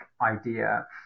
idea